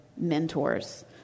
mentors